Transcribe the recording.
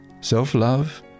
self-love